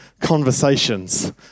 conversations